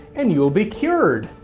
and you'll be cured.